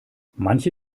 manche